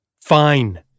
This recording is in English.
Fine